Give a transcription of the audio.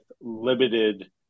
limited